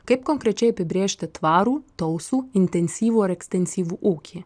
kaip konkrečiai apibrėžti tvarų tausų intensyvų ar ekstensyvų ūkį